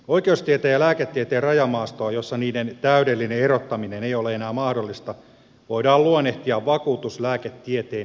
oikeustieteen ja lääketieteen rajamaastoa jossa niiden täydellinen erottaminen ei ole enää mahdollista voidaan luonnehtia vakuutuslääketieteen ydinalueeksi